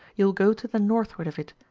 you will go to the northward of it,